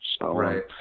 Right